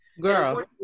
Girl